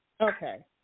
Okay